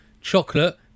Chocolate